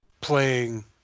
playing